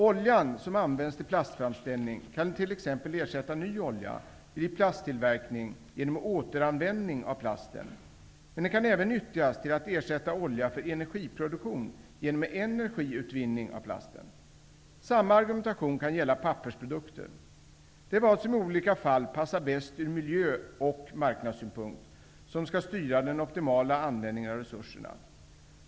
Oljan som använts till plastframställning kan t.ex. ersätta ny olja vid plasttillverkning genom återanvändning av plasten, men den kan även nyttjas till att ersätta olja för energiproduktion genom energiutvinning av plasten. Samma argumentation kan gälla pappersprodukter. Det är vad som i olika fall passar bäst ur miljö och marknadssynpunkt, som skall styra den optimala användningen av resurserna.